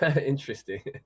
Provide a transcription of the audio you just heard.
interesting